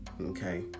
okay